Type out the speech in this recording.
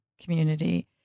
community